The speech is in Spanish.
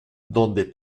donde